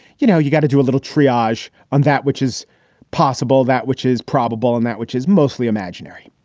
you know, you got to do a little triage on that, which is possible. that which is probable in that which is mostly imaginary.